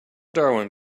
darwin